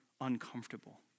uncomfortable